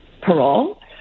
parole